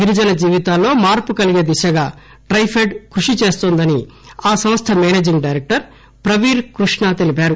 గిరిజన జీవితాల్లో మార్పు కలిగే దిశగా ట్లైఫెడ్ కృషి చేస్తోందని ఆ సంస్థ మేనేజింగ్ డైరెక్టర్ ప్రవీర్ కృష్ణ తెలిపారు